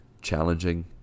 challenging